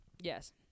Yes